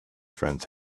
friend